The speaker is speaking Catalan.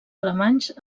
alemanys